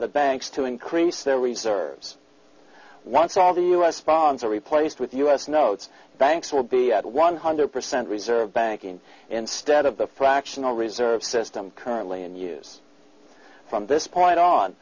the banks to increase their reserves once all the us bonds are replaced with us notes banks will be at one hundred percent reserve banking instead of the fractional reserve system currently in use from this point on